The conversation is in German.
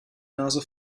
nase